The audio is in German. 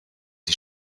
die